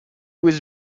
was